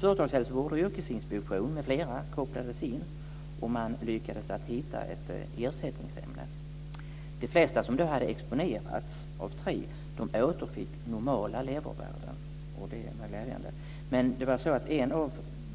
Företagshälsovård, yrkesinspektion m.fl. kopplades in, och man lyckades hitta ett ersättningsämne. De flesta som hade exponerats för tri återfick normala levervärden, och det var ju glädjande. Men en av